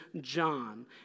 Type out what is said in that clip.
John